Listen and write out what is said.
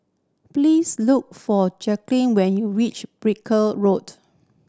please look for Jacqulyn when you reach Brooke Road